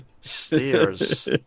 Stairs